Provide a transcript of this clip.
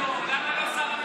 למה לא שר המשפטים?